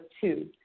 two